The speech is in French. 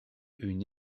une